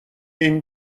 این